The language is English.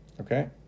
Okay